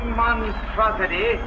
monstrosity